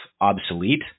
obsolete